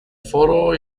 foro